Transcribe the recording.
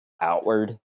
outward